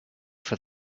for